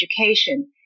education